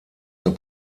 der